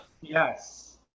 Yes